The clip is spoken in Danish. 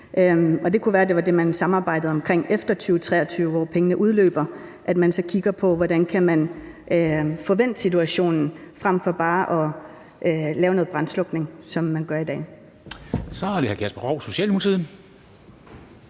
Det kunne være, det var det, man skulle samarbejde omkring efter 2023, hvor pengene udløber, og så kigge på, hvordan man kan få vendt situationen frem for bare at lave noget brandslukning, som man gør i dag.